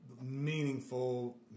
meaningful